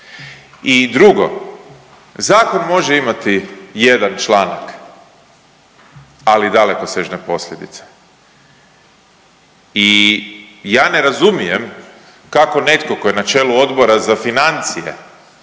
I drugo, zakon može imati jedan članak, ali dalekosežne posljedice i ja ne razumijem kako netko tko je na čelu Odbora za financije